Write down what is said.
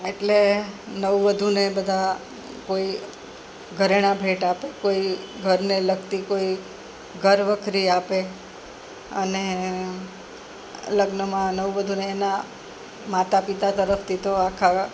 એટલે નવવધુને બધા કોઈ ઘરેણાં ભેટ આપે કોઈ ઘરને લગતી કોઈ ઘરવખરી આપે અને લગ્નમાં નવવધુને એના માતા પિતા તરફથી તો આખા